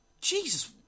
Jesus